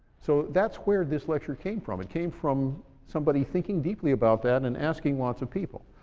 so that's where this lecture came from. it came from somebody thinking deeply about that, and asking lots of people.